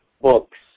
books